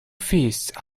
fists